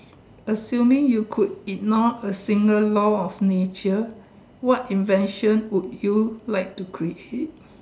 assuming you could ignore a single law of nature what invention would you like to create